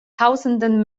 tausenden